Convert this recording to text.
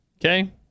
Okay